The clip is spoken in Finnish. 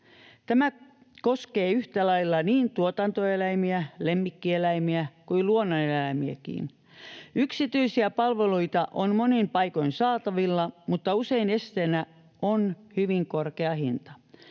Tämä koskee yhtä lailla niin tuotantoeläimiä, lemmikkieläimiä kuin luonnon eläimiäkin. Yksityisiä palveluita on monin paikoin saatavilla, mutta usein esteenä on hyvin korkea hinta.